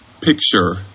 picture